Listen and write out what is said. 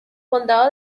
condado